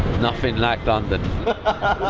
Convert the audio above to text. nothing like london.